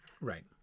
Right